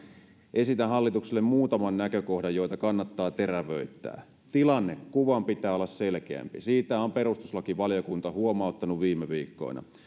esitän hallitukselle muutaman näkökohdan joita kannattaa terävöittää tilannekuvan pitää olla selkeämpi siitä on perustuslakivaliokunta huomauttanut viime viikkoina